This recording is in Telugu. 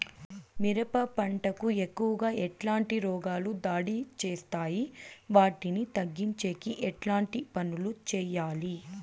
మిరప పంట కు ఎక్కువగా ఎట్లాంటి రోగాలు దాడి చేస్తాయి వాటిని తగ్గించేకి ఎట్లాంటి పనులు చెయ్యాలి?